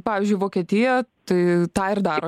pavyzdžiui vokietijoje tai tą ir daro